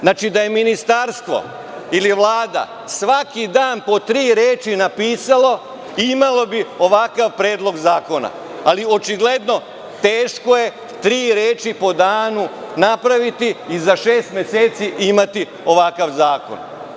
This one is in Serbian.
Znači, da je ministarstvo ili Vlada svaki dan po tri reči napisalo, imalo bi ovakav predlog zakona, ali očigledno da je teško tri reči po danu napraviti i za šest meseci imati ovakav zakon.